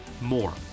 more